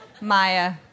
Maya